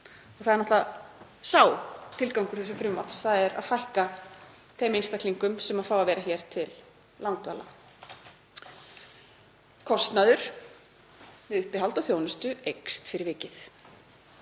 Það er náttúrlega tilgangur þessa frumvarps; að fækka þeim einstaklingum sem fá að vera hér til langdvalar. Kostnaður við uppihald og þjónustu eykst fyrir vikið.